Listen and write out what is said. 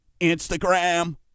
Instagram